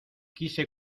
quise